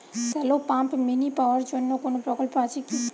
Shallow pump mini power জন্য কোনো প্রকল্প আছে কি?